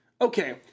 Okay